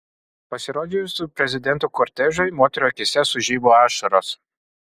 pasirodžius prezidento kortežui moterų akyse sužibo ašaros